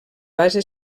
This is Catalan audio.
base